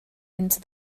into